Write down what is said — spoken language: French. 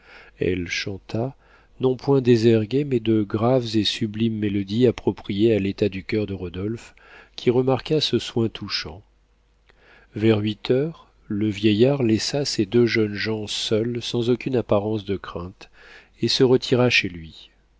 elle chanta non point des airs gais mais de graves et sublimes mélodies appropriées à l'état du coeur de rodolphe qui remarqua ce soin touchant vers huit heures le vieillard laissa ces deux jeunes gens seuls sans aucune apparence de crainte et se retira chez lui